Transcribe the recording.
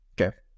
Okay